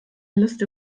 liste